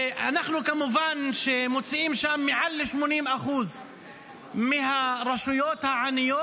כמובן שאנחנו מוצאים שם שמעל 80% מהרשויות העניות